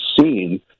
seen